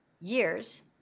years